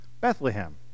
Bethlehem